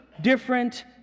different